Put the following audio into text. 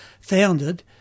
founded